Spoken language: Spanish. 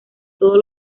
todos